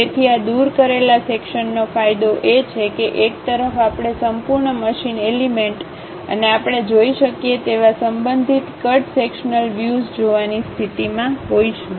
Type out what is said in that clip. તેથી આ દૂર કરેલા સેક્શનનો ફાયદો એ છે કે એક તરફ આપણે સંપૂર્ણ મશીન એલિમેન્ટ અને આપણે જોઈ શકીએ તેવા સંબંધિત કટ સેક્શન્લ વ્યુઝ જોવાની સ્થિતિમાં હોઈશું